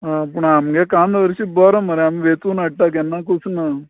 आं पूण आमगे कांदो हरशीं बरो मरे आमी वेचून हाडटा केन्ना कुसना